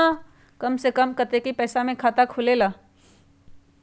कम से कम कतेइक पैसा में खाता खुलेला?